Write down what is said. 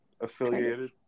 affiliated